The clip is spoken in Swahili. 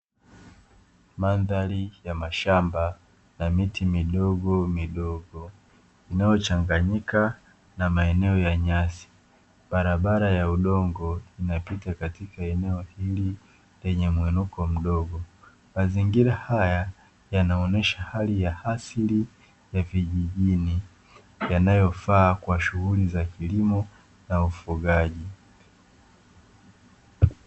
Mandhari ya mashamba na miti midogomidogo, inayochanganyika na maeneo ya nyasi, barabara ya udongo inapita katika eneo hili lenye muinuko mdogo. Mazingira haya yanaonyesha hali ya asili ya vijijini yanayofaa kwa shughuli za kilimo na ufugaji.